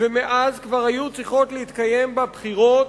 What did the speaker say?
ומאז כבר היו צריכות להתקיים בה בחירות,